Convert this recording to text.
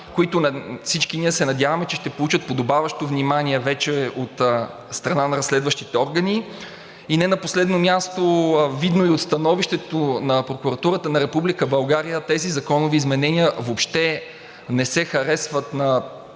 които всички ние се надяваме, че ще получат подобаващо внимание вече от страна на разследващите органи. И не на последно място, видно и от становището на Прокуратурата на Република България, тези законови изменения въобще не се харесват на